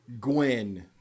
Gwen